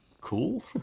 cool